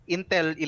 Intel